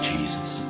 Jesus